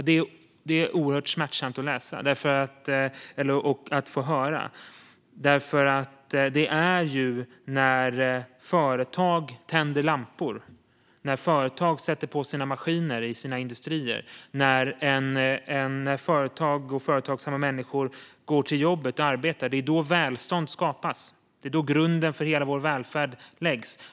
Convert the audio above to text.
Det är oerhört smärtsamt att få höra, därför att det är när företag tänder lampor och sätter på maskinerna i sina industrier och när företagsamma människor går till jobbet och arbetar som välstånd skapas. Det är då grunden för hela vår välfärd läggs.